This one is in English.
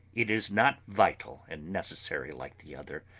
it is not vital and necessary like the other,